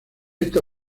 esta